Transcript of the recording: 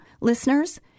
listeners